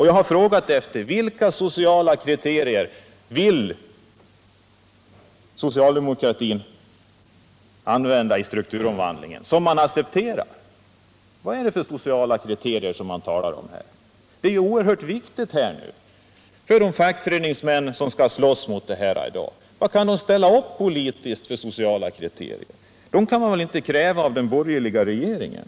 Jag har frågat vilka kriterier socialdemokratin har för att strukturomvandlingen sker i socialt acceptabla former. Det är en oerhört viktig fråga för de fackföreningsmän som i dag slåss mot strukturomvandlingen. Vilka sociala krav kan de ställa? Besked om det kan de inte få av den borgerliga regeringen.